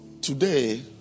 today